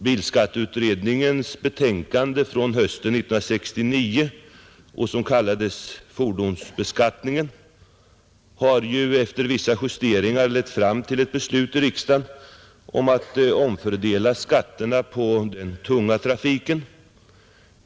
Bilskatteutredningens betänkande från hösten 1969, med titeln Fordonsbeskattningen, har efter vissa justeringar lett fram till ett beslut i riksdagen att omfördela skatterna på den tunga trafiken.